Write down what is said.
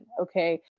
okay